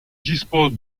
dispose